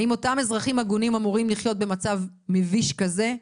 האם אותם אזרחים הגונים אמורים לחיות במצב מביש כזה?